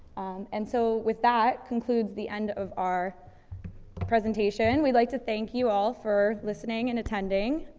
and so with that, concludes the end of our presentation. we'd like to thank you all for listening and attending.